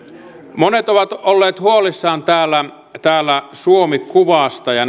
monet ovat olleet huolissaan täällä suomi kuvasta ja